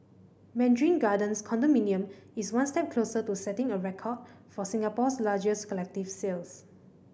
Mandarin Gardens condominium is one step closer to setting a record for Singapore's largest collective sales